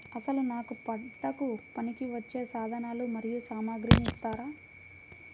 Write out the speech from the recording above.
అసలు నాకు పంటకు పనికివచ్చే సాధనాలు మరియు సామగ్రిని ఇస్తారా?